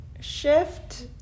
shift